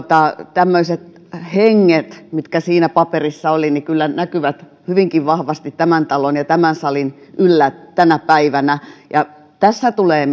tämmöiset henget mitkä siinä paperissa olivat kyllä näkyvät hyvinkin vahvasti tämän talon ja tämän salin yllä tänä päivänä tässä tulee